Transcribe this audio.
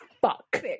Fuck